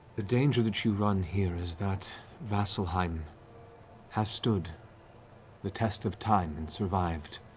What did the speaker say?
the danger that you run here is that vasselheim has stood the test of time and survived